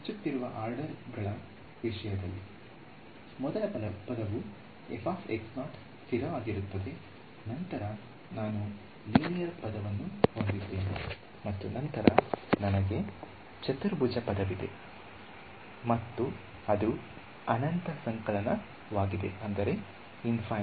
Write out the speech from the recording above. ಹೆಚ್ಚುತ್ತಿರುವ ಆರ್ಡರ್ ಗಳ ವಿಷಯದಲ್ಲಿ ಮೊದಲ ಪದವು ಸ್ಥಿರವಾಗಿರುತ್ತದೆ ನಂತರ ನಾನು ಇಲ್ಲಿ ಲೀನಿಯರ್ ಪದವನ್ನು ಹೊಂದಿದ್ದೇನೆ ಮತ್ತು ನಂತರ ನನಗೆ ಚತುರ್ಭುಜ ಪದವಿದೆ ಮತ್ತು ಅದು ಅನಂತ ಸಂಕಲನವಾಗಿದೆ infinite summation